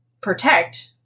protect